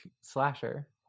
slasher